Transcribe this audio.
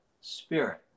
spirit